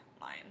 line